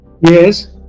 Yes